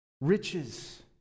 riches